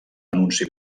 anunci